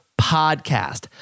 podcast